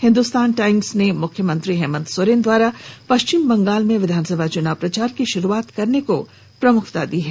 Hindustan Times ने मुख्यमंत्री हेमंत सोरेन द्वारा पश्चिम बंगाल में विधानसभा चुनाव प्रचार की शुरूआत करने की खबर को प्रमुखता से प्रकाशित किया है